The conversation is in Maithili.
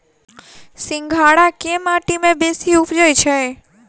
सिंघाड़ा केँ माटि मे बेसी उबजई छै?